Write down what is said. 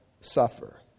suffer